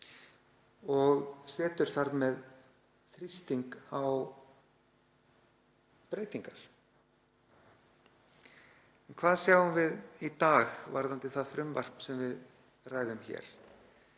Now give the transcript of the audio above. og setur þar með þrýsting á breytingar. Hvað sjáum við í dag varðandi það frumvarp sem við ræðum hér?